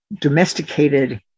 domesticated